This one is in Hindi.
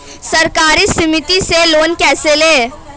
सहकारी समिति से लोन कैसे लें?